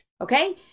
Okay